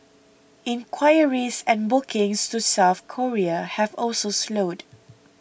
inquiries and bookings to South Korea have also slowed